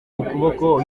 ukuboko